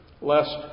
lest